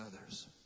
others